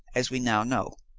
as we now know.